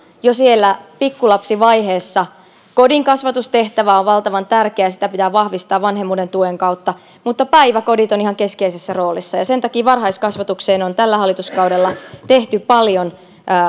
jo siellä pikkulapsivaiheessa kodin kasvatustehtävä on valtavan tärkeä sitä pitää vahvistaa vanhemmuuden tuen kautta mutta päiväkodit ovat ihan keskeisessä roolissa sen takia varhaiskasvatukseen on tällä hallituskaudella tehty paljon